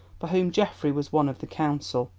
for whom geoffrey was one of the counsel,